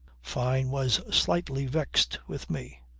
fyne was slightly vexed with me.